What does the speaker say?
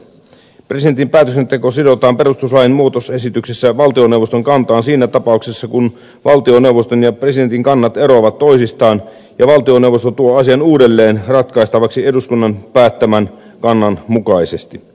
presidentin päätöksenteko sidotaan perustuslain muutosesityksissä valtioneuvoston kantaan siinä tapauksessa kun valtioneuvoston ja presidentin kannat eroavat toisistaan ja valtioneuvosto tuo asian uudelleen ratkaistavaksi eduskunnan päättämän kannan mukaisesti